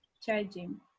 charging